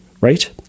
Right